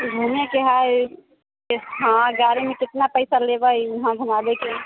घूमयके हए हँ गाड़ीमे कितना पैसा लेबै उहाँ घुमाबयके